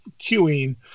queuing